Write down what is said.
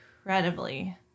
incredibly